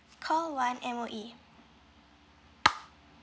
call one M_O_E